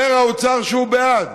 אומר האוצר שהוא בעד,